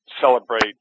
celebrate